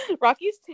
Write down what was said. Rocky's